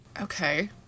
okay